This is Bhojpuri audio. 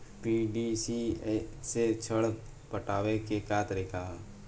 पी.डी.सी से ऋण पटावे के का तरीका ह?